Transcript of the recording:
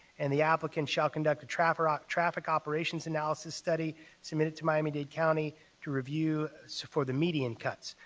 and the applicant shall conduct a traffic ah traffic operations analysis study submitted to miami-dade county to review so for the median cuts.